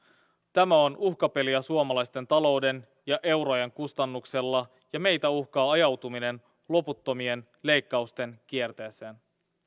tämä on uhkapeliä suomalaisten talouden ja eurojen kustannuksella ja meitä uhkaa ajautuminen loputtomien leikkausten kierteeseen